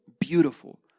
beautiful